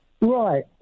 Right